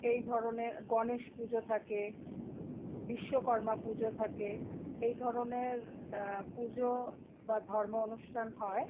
এই ধরণের গনেশ পুজো থাকে বিশ্বকর্মা পুজো থাকে এই ধরণের পুজো বা ধর্ম অনুষ্ঠান হয়